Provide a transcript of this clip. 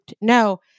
No